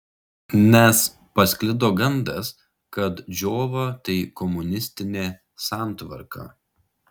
nes pasklido gandas kad džiova tai komunistinė santvarka